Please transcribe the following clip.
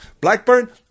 Blackburn